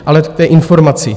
Ale k té informaci.